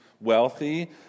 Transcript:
wealthy